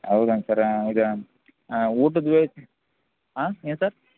ಹೌದನು sir ಈಗ ಊಟದ ವ್ಯವಸ್ಥೆ ಹಾಂ ಏನು ಸರ್